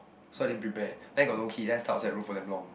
so I didn't prepare then I got no key then I stuck outside the room for damn long